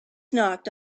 knocked